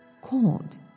called